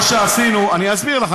מה שעשינו אני אסביר לך,